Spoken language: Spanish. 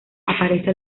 aparece